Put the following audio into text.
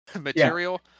material